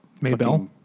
Maybell